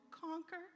conquer